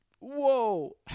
Whoa